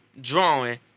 drawing